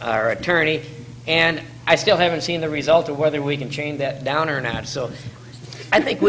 our attorney and i still haven't seen the result of whether we can change that down or not so i think we